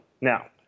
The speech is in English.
Now